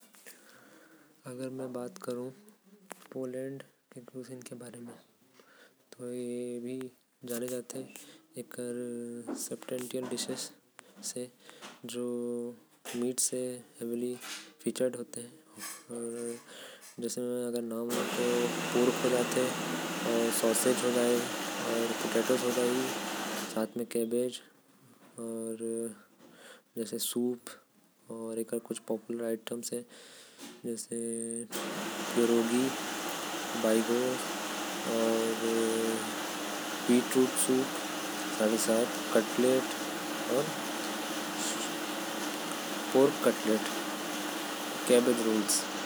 पोलैंड हर जानल जाथे ज्यादातर अपन खाना। म मटन इस्तेमाल करे के कारण। पोलैंड के अगर हमन बात करब तो ओकर में आ जाथे। सुअर के मांस, मुर्ग़ा, पैरोगी अउ कटलेट। एहि सब वहा के लोग मन ज्यादा खाथे।